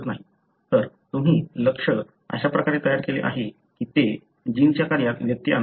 तर तुम्ही लक्ष्य अशा प्रकारे तयार केले आहे की ते जिनच्या कार्यात व्यत्यय आणणार नाही